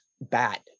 bad